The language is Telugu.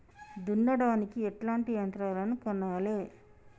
దున్నడానికి ఎట్లాంటి యంత్రాలను కొనాలే?